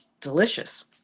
delicious